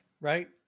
right